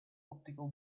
optical